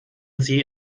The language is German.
sie